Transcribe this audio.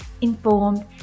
informed